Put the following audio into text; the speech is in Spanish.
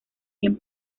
tiene